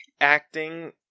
acting